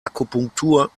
akupunktur